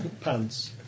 pants